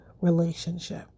relationship